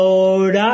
Lord